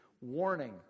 Warning